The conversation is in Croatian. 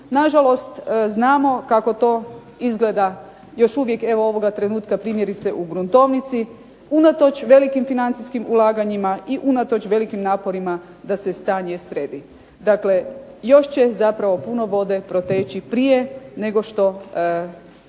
Na žalost znamo kako to izgleda još uvijek, evo ovoga trenutka primjerice u gruntovnici, unatoč velikim financijskim ulaganjima i unatoč velikim naporima da se stanje sredi. Dakle još će zapravo puno vode proteći prije nego što